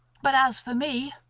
but as for me,